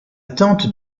tante